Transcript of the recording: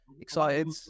excited